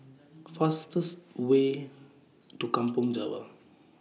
fastest Way to Kampong Java